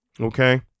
okay